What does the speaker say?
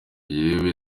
yewe